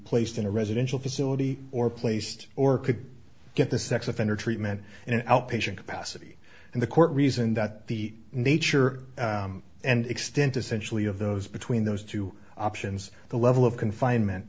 placed in a residential facility or placed or could get the sex offender treatment in an outpatient capacity and the court reason that the nature and extent essentially of those between those two options the level of confinement